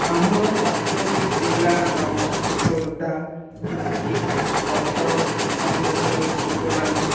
ଆମର ପାଞ୍ଚଟି ଜିଲ୍ଲା ର ନାମ ଖୋର୍ଦ୍ଧା ପୁରୀ କଟକ ଅନୁଗୁଳ ବଲାଙ୍ଗୀର